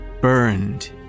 burned